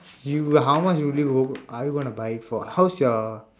you would how much would you I want to buy it for how's your